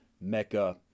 Mecca